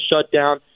shutdown